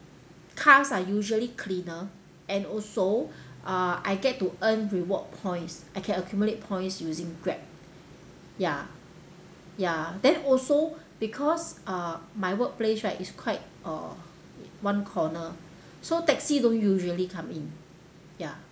cars are usually cleaner and also uh I get to earn reward points I can accumulate points using grab ya ya then also because uh my workplace right is quite uh one corner so taxi don't usually come in ya